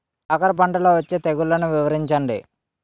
కాకర పంటలో వచ్చే తెగుళ్లను వివరించండి?